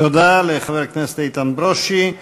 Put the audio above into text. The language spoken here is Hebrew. תודה לחבר הכנסת איתן ברושי.